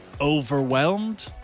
overwhelmed